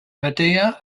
medea